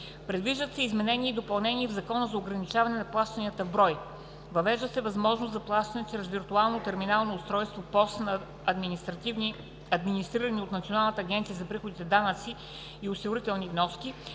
Предвиждат се изменения и допълнения в Закона за ограничаване на плащанията в брой. Въвежда се възможност за плащане чрез виртуално терминално устройство ПОС на администрирани от Националната агенция за приходите данъци и осигурителни вноски,